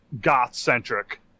goth-centric